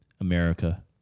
America